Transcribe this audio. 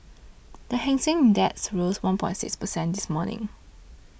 the Hang Seng Index rose one point six percent this morning